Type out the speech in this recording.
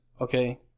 okay